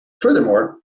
Furthermore